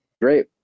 great